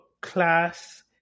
class